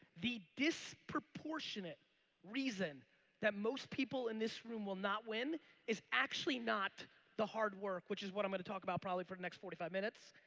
the disproportionate reason that most people in this room will not win is actually not the hard work which is what i'm gonna talk about probably for next forty five minutes.